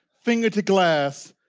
finger to glass,